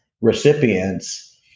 recipients